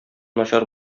начар